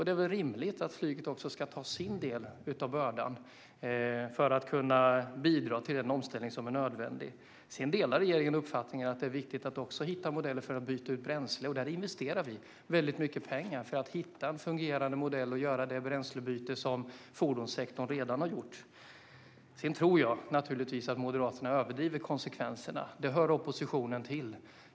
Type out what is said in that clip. Det är väl rimligt att flyget också ska ta sin del av bördan och bidra till den omställning som är nödvändig. Regeringen delar uppfattningen att det är viktigt att också hitta modeller för att byta bränsle. Vi investerar väldigt mycket pengar för att hitta en fungerande modell och göra det bränslebyte som fordonssektorn redan har gjort. Jag tror att Moderaterna överdriver konsekvenserna. Det hör oppositionen till.